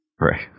Right